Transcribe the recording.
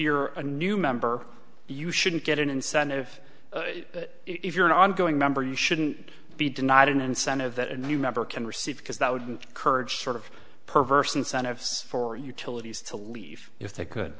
you're a new member you shouldn't get an incentive if you're an ongoing member you shouldn't be denied an incentive that a new member can receive because that wouldn't courage sort of perverse incentives for utilities to leave if they could